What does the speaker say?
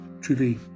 truly